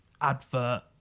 advert